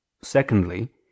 secondly